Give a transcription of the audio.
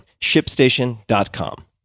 ShipStation.com